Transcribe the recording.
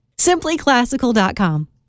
simplyclassical.com